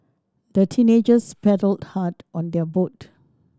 the teenagers paddled hard on their boat